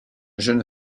jeune